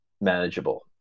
manageable